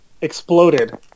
exploded